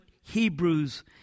Hebrews